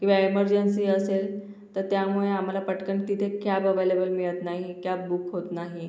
किंवा एमर्जन्सी असेल तर त्यामुळे आम्हाला पटकन तिथे कॅब अवॅलॅबल मिळत नाही कॅब बुक होत नाही